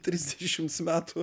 trisdešims metų